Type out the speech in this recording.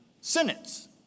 sentence